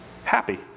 happy